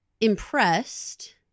impressed